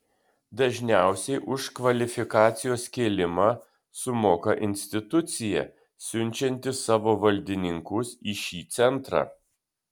dažniausiai už kvalifikacijos kėlimą sumoka institucija siunčianti savo valdininkus į šį centrą